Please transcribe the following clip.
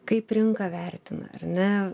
kaip rinka vertina ar ne